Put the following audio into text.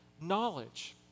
knowledge